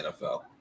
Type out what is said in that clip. NFL